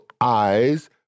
eyes